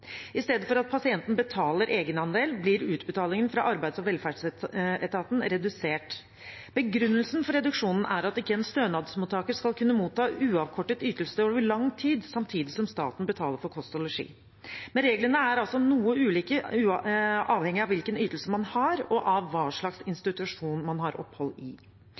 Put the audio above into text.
I stedet for at pasienten betaler egenandel, blir utbetalingen fra arbeids- og velferdsetaten redusert. Begrunnelsen for reduksjonen er at en stønadsmottaker ikke skal kunne motta uavkortet ytelse over lang tid samtidig som staten betaler for kost og losji. Men reglene er altså noe ulike, avhengig av hvilken ytelse man har, og av hva slags institusjon man har opphold i.